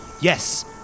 Yes